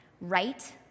right